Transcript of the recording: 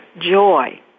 joy